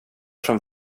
från